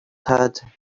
had